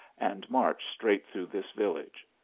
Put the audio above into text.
and march straight through this village.